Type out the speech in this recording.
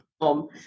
home